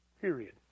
period